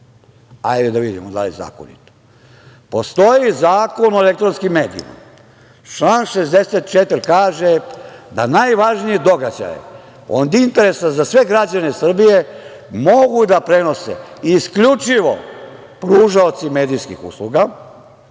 Hajde da vidimo da li je zakonito. Postoji Zakon o elektronskim medijima. Član 64. kaže da najvažnije događaje od interesa za sve građane Srbije mogu da prenose isključivo pružaoci medijskih usluga,